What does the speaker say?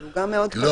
אבל הוא גם מאוד פתוח.